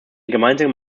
gemeinsame